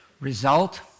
result